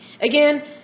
Again